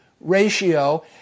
ratio